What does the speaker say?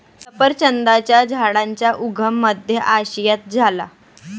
सफरचंदाच्या झाडाचा उगम मध्य आशियात झाला